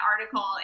article